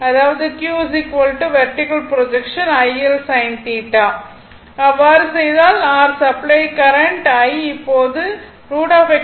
அதாவது q vertical projection IL sine θ அவ்வாறு செய்தால் r சப்ளை கரண்ட் I இப்போது √x2 y2